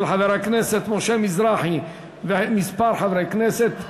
של חבר הכנסת משה מזרחי וקבוצת חברי הכנסת,